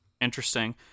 Interesting